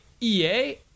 EA